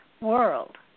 world